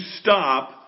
stop